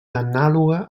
anàloga